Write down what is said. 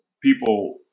people